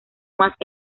más